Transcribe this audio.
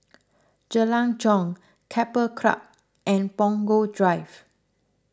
Jalan Jong Keppel Club and Punggol Drive